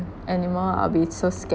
animal I'll be so scared